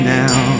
now